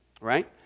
right